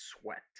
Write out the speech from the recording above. sweat